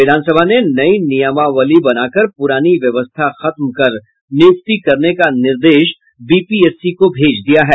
विधानसभा ने नई नियमावली बना कर पुरानी व्यवस्था खत्म कर नियुक्ति करने का निर्देश बीपीएससी को भेज दिया है